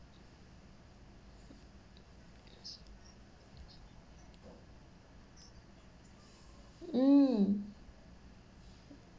mm